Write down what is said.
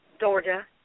Georgia